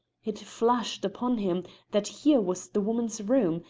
it flashed upon him that here was the woman's room,